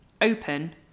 open